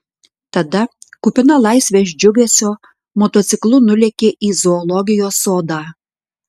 tada kupina laisvės džiugesio motociklu nulėkė į zoologijos sodą